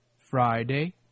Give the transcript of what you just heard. Friday